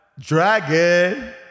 Dragon